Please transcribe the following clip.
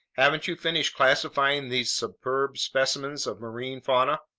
haven't you finished classifying these superb specimens of marine fauna?